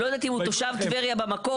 לא יודעת אם הוא תושב טבריה במקור.